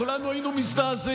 כולנו היינו מזעזעים.